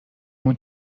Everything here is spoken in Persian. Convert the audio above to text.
اون